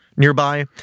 nearby